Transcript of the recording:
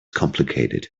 complicated